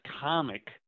comic